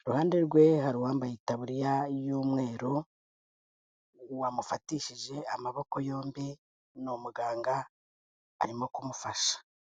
iruhande rwe hari uwambaye itaburiya y'umweru, wamufatishije amaboko yombi, ni umuganga arimo kumufasha.